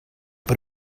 but